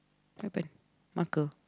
what happen marker